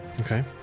Okay